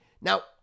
Now